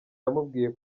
yamubwiye